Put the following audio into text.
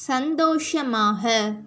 சந்தோஷமாக